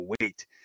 wait